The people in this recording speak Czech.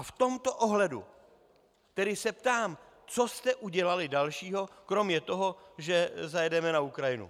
V tomto ohledu se tedy ptám, co jste udělali dalšího kromě toho, že zajedeme na Ukrajinu.